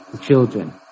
children